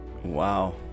Wow